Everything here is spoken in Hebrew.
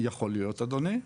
יכול להיות אדוני.